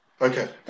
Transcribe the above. Okay